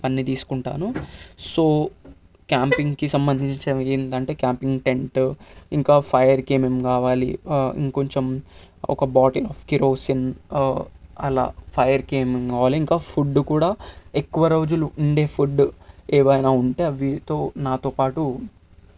అన్ని తీసుకుంటాను సో క్యాంపింగ్కి సంబంధించడం ఏంటంటే క్యాంపింగ్ టెంటు ఇంకా ఫైర్కి ఏం ఏం కావాలి ఇంకొంచెం ఒక బాటిల్ కిరోసిన్ అలా ఫైర్ కావాలి ఇంకా ఫుడ్ కూడా ఎక్కువ రోజులు ఉండే ఫుడ్ ఏమైనా ఉంటే అవితో నాతో పాటు